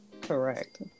Correct